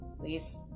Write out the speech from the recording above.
please